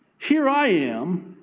here i am.